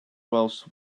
welsh